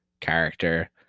character